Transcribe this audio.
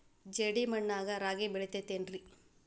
ಜೇಡಿ ಮಣ್ಣಾಗ ರಾಗಿ ಬೆಳಿತೈತೇನ್ರಿ?